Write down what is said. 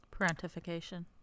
Parentification